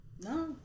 No